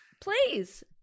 Please